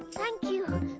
thank you!